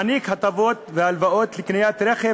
מעניק הטבות והלוואות לקניית רכב